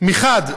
מחד גיסא,